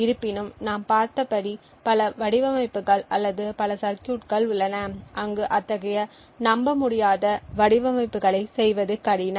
இருப்பினும் நாம் பார்த்தபடி பல வடிவமைப்புகள் அல்லது பல சர்கியூட்கள் உள்ளன அங்கு அத்தகைய நம்பமுடியாத வடிவமைப்புகளை செய்வது கடினம்